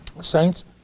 saints